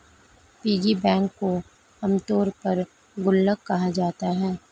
piggy bank को आमतौर पर गुल्लक कहा जाता है